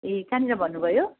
ए काँनिर भन्नुभयो